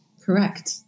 Correct